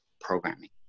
programming